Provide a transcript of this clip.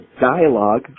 dialogue